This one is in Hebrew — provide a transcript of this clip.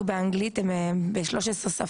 בסדר אבל אני מדברת על הפיקדון עצמו,